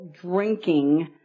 drinking